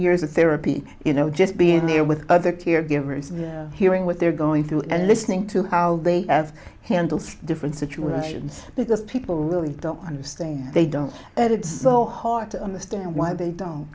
years of therapy you know just being there with other caregivers hearing what they're going through and listening to how they have handled different situations because people really don't understand they don't and it's so hard to understand why they don't